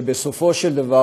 שבסופו של דבר,